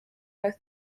both